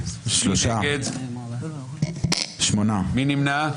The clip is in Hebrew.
הצבעה לא אושרה ההסתייגות הוסרה.